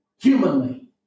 Humanly